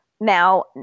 now